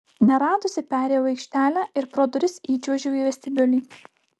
neradusi perėjau aikštelę ir pro duris įčiuožiau į vestibiulį